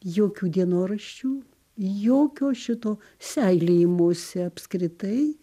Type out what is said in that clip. jokių dienoraščių jokio šito seilėjimosi apskritai